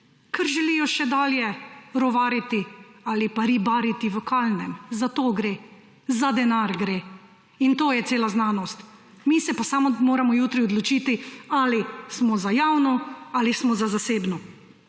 Ker želijo še dalje rovariti ali pa ribariti v kalnem. Za to gre. Za denar gre in to je cela znanost. Mi se pa samo moramo jutri odločiti, ali smo za javno ali smo za zasebno.